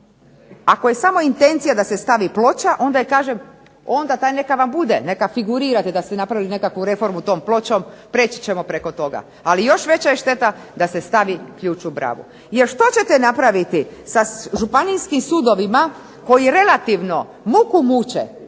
Ako je samo intencija da se stavi ploča onda taj neka vam bude, neka figurirate da ste napravili nekakvu reformu tom pločom, preći ćemo preko toga. Ali još veća je šteta da se stavi ključ u bravu. Jer što ćete napraviti sa županijskim sudovima koji relativno muku muče